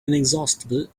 inexhaustible